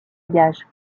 gages